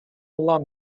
улам